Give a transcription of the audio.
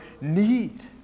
need